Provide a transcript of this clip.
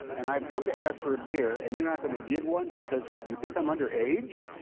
and i've come to ask for a beer, and you're not going to give one because what, you think i'm under age?